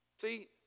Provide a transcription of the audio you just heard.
See